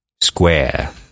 square